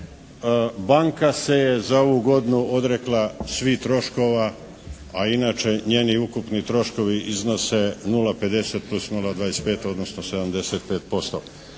Banka se je za ovu godinu odrekla svih troškova a inače njeni ukupni troškovi iznose 0,50 plus 0,25 odnosno 75%.